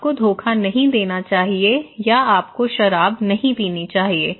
आपको धोखा नहीं देना चाहिए या आपको शराब नहीं पीनी चाहिए